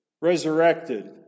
resurrected